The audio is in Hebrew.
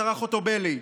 השרה חוטובלי,